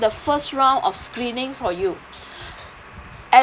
the first round of screening for you uh